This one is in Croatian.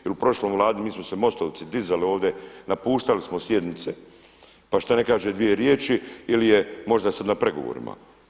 Jer u prošloj vladi mi smo se MOST-ovci dizali ovdje, napuštali smo sjednice pa šta ne kaže dvije riječi ili je možda sad na pregovorima.